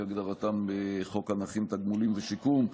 כהגדרתם בחוק הנכים (תגמולים ושיקום).